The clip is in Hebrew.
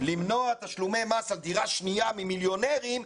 למנוע תשלומי מס על דירה שנייה ממיליונרים,